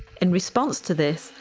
in response to this,